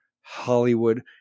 Hollywood